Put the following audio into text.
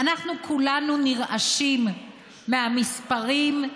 אנחנו כולנו נרעשים מהמספרים,